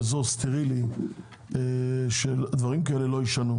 או אזור סטרילי שדברים כאלה לא יישנו.